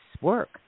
work